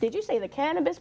did you see the candidates